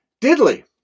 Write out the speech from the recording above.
diddly